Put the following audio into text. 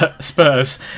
Spurs